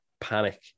panic